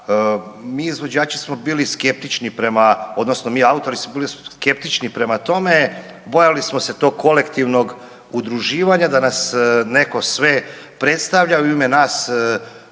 mi autori smo bili skeptični prema tome, bojali smo se tog kolektivnog udruživanja da nas neko sve predstavlja i u ime nas skuplja